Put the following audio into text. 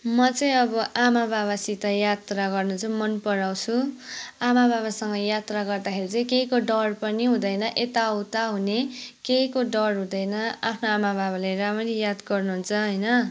म चाहिँ अब आमा बाबासित यात्रा गर्न चाहिँ मन पराउँछु आमा बाबासँग यात्रा गर्दाखेरि चाहिँ केहीको डर पनि हुँदैन यताउता हुने केहीको डर हुँदैन आफ्नो आमा बाबाले राम्ररी याद गर्नुहुन्छ होइन